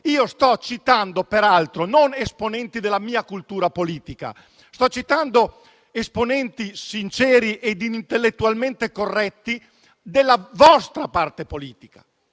Sto citando, peraltro, non esponenti della mia cultura politica, ma esponenti sinceri intellettualmente corretti della vostra parte politica.